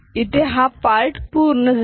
62510 इथे हा पार्ट पूर्ण झाला